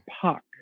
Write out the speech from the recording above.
puck